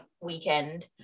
weekend